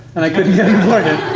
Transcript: and i couldn't get an appointment.